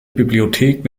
bibliothek